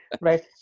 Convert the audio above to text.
right